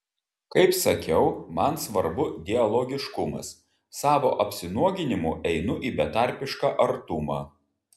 kaip sakiau man svarbu dialogiškumas savo apsinuoginimu einu į betarpišką artumą